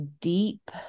deep